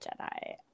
Jedi